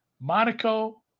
Monaco